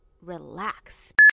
relax